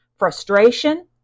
Frustration